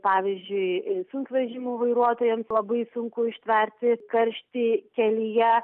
pavyzdžiui sunkvežimių vairuotojams labai sunku ištverti karštį kelyje